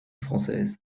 française